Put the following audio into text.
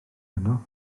yno